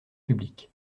public